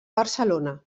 barcelona